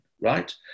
right